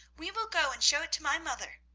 we will go and show it to my mother.